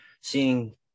seeing